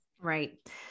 Right